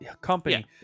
company